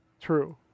True